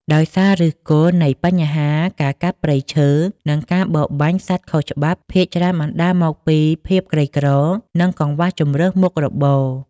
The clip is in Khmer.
ដោយសារ ឬសគល់នៃបញ្ហាការកាប់ព្រៃឈើ និងការបរបាញ់សត្វខុសច្បាប់ ភាគច្រើនបណ្តាលមកពីភាពក្រីក្រ និងកង្វះជម្រើសមុខរបរ។